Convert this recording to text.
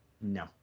No